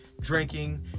drinking